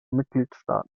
mitgliedstaaten